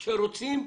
כשרוצים,